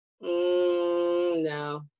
No